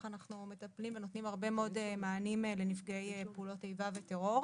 אנחנו מטפלים ונותנים מענה לנפגעי פעולות איבה וטרור.